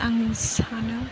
आं सानो